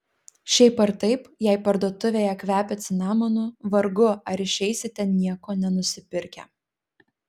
šiaip ar taip jei parduotuvėje kvepia cinamonu vargu ar išeisite nieko nenusipirkę